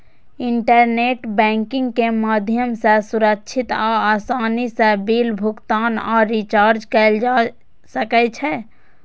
internet banking के माध्यम सं सुरक्षित आ आसानी सं बिल भुगतान आ रिचार्ज कैल जा सकै छै